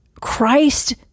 Christ